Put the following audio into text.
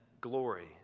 glory